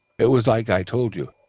it was like i told you.